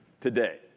today